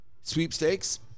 sweepstakes